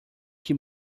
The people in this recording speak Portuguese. que